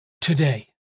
Today